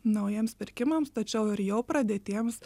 naujiems pirkimams tačiau ir jau pradėtiems